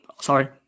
sorry